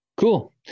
Cool